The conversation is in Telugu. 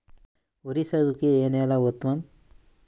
వరి సాగుకు ఏ నేల ఉత్తమం?